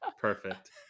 Perfect